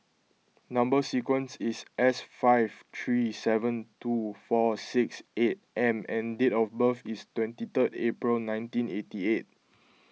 Number Sequence is S five three seven two four six eight M and date of birth is twenty third April nineteen eighty eight